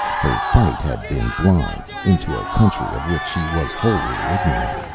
her flight had been blind, into a country of which she was wholly ignorant.